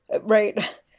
Right